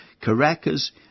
Caracas